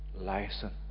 license